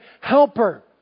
helper